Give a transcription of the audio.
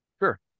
sure